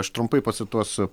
aš trumpai pacituosiu